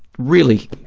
really,